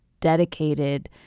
dedicated